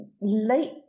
late